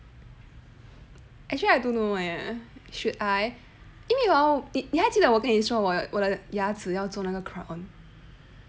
actually I don't know eh should I 因为 hor 你还记得我跟你说我牙齿要做那个 crown